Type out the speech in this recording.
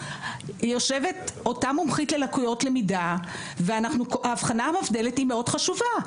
יושבת אותה מומחית ללקויות למידה והאבחנה המבדלת היא מאוד חשובה.